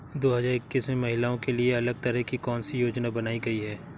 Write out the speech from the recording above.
दो हजार इक्कीस में महिलाओं के लिए अलग तरह की कौन सी योजना बनाई गई है?